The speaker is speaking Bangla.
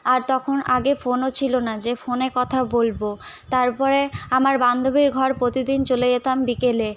আর তখন আগে ফোনও ছিলো না যে ফোনে কথা বলবো তারপরে আমার বান্দবীর ঘর প্রতিদিন চলে যেতাম বিকেলে